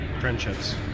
friendships